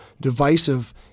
divisive